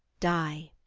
die.